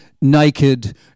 naked